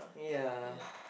ya